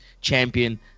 champion